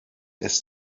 ist